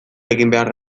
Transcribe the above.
eginbeharra